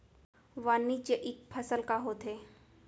वाणिज्यिक फसल का होथे?